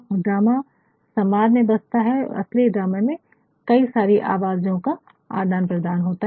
और ड्रामा संवाद में बसता है और असली ड्रामा में कई सारी आवाज़ों का आदान प्रदान होता है